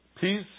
Peace